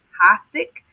fantastic